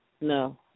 no